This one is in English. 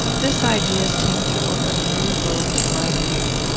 this idea seemed to open a new world to my view.